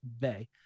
Bay